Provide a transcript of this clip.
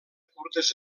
curtes